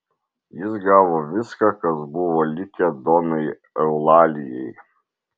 jis gavo viską kas buvo likę donai eulalijai